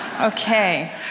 Okay